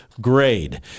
grade